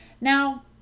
Now